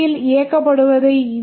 யில் இயக்கப்படுவதை வி